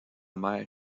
mère